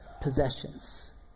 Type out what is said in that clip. possessions